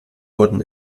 wurden